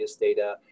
data